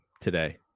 today